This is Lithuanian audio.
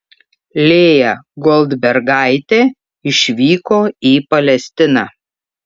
lėja goldbergaitė išvyko į palestiną